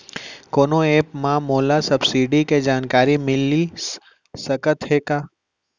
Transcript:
कोनो एप मा मोला सब्सिडी के जानकारी मिलिस सकत हे का?